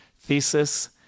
thesis